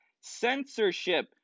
censorship